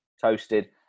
toasted